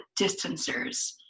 distancers